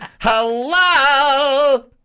Hello